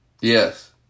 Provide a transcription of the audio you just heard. Yes